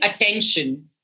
attention